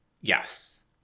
Yes